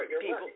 people